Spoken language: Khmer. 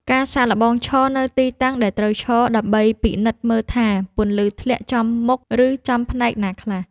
ការសាកល្បងឈរនៅទីតាំងដែលត្រូវឈរ ដើម្បីពិនិត្យមើលថាពន្លឺធ្លាក់ចំមុខ ឬចំផ្នែកណាខ្លះ។